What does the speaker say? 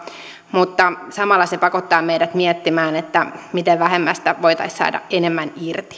mutta samalla se pakottaa meidät miettimään miten vähemmästä voitaisiin saada enemmän irti nyt